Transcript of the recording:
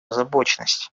озабоченность